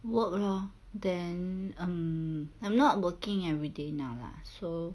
work lor then um I'm not working everyday now lah so